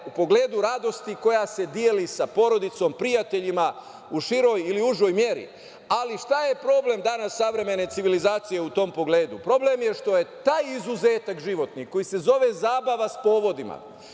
u pogledu radosti koja se deli sa porodicom, prijateljima u široj ili užoj meri. Šta je problem danas, savremene civilizacije u tom pogledu? Problem je što je taj izuzetak životni, koji se zove zabava sa povodima,